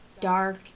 dark